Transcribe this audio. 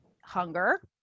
hunger